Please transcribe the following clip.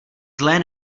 zlé